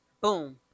Boom